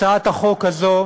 הצעת החוק הזו,